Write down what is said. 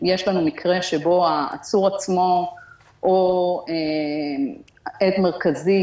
יש לנו מקרה שבו העצור עצמו או עד מרכזי,